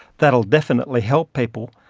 that will definitely help people.